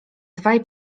dwaj